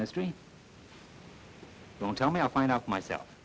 mystery don't tell me i'll find out myself